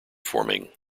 forming